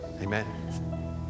Amen